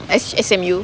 S_M_U